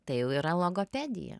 tai jau yra logopedija